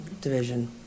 division